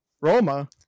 Roma